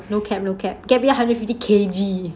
no cap no cap gap year hundred and fifty K_G